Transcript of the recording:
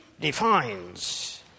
defines